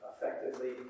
effectively